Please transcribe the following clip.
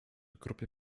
grupy